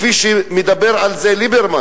כפי שמדבר על זה ליברמן?